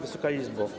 Wysoka Izbo!